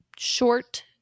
Short